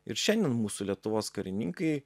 ir šiandien mūsų lietuvos karininkai